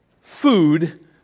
food